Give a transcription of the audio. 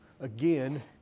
again